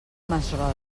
masroig